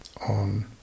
on